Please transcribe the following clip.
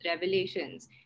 revelations